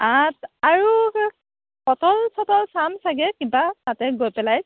আৰু পটল চতল চাম চাগৈ কিবা তাতে গৈ পেলাই